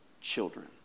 children